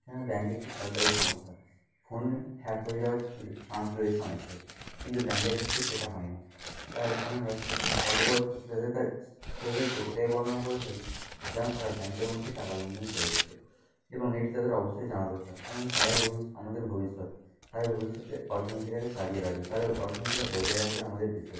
কেননা ব্যাঙ্ক একটি সরকারি সংস্থা ফোনে হ্যাক হয়ে যাওয়ার চান্স রয়েছে অনেকটাই কিন্তু ব্যাঙ্কের ক্ষেত্রে সেটা হয় না তাই আমরা ছোট অল্পবয়স্ক ছেলেদের কাছ ছেলেদেরকে এটাই বর্ণনা করে থাকি যেন তারা ব্যাঙ্কের মধ্যেই টাকা লেনদেন করে থাকে এবং এটি তাদের অবশ্যই জানা দরকার কেননা তারাই আমাদের ভবিষ্যৎ তারাই ভবিষ্যতে অর্থনীতিটাকে চালিয়ে রাখবে তারা অর্থনীতিটা বজায় রাখবে আমাদের দেশের